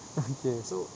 okay